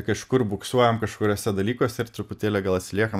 kažkur buksuojam kažkuriuose dalykuose ir truputėlį gal atsiliekam